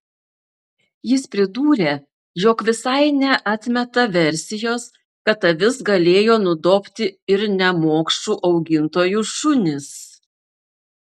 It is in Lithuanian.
jis pridūrė jog visai neatmeta versijos kad avis galėjo nudobti ir nemokšų augintojų šunys